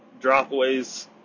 dropaways